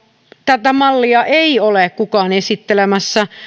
tätä mallia ei ole kukaan esittelemässä